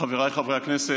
כמה חברי כנסת